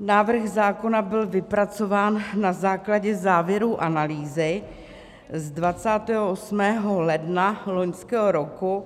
Návrh zákona byl vypracován na základě závěrů analýzy z 28. ledna loňského roku,